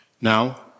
Now